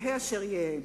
יהא אשר יהא.